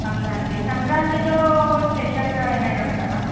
సంక్రాంతి సంక్రాంతిలో స్పెషల్గా ఏమైనా ఉంటుందా